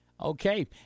Okay